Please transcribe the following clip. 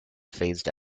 phased